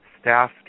staff